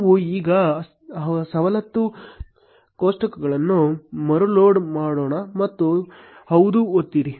ನಾವು ಈಗ ಸವಲತ್ತು ಕೋಷ್ಟಕಗಳನ್ನು ಮರುಲೋಡ್ ಮಾಡೋಣ ಮತ್ತು ಹೌದು ಒತ್ತಿರಿ